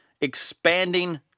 expanding